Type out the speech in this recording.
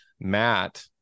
Matt